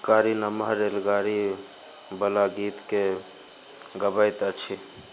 कारी नमहर रेलगाड़ी बला गीतके गबैत अछि